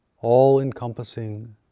all-encompassing